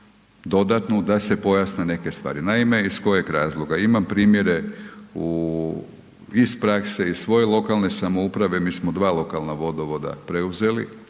dodatnu, da se pojasne neke stvari. Naime, iz kojeg razloga, imam primjere u, iz prakse iz svoje lokalne samouprave, mi smo dva lokalna vodovoda preuzeli